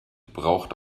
braucht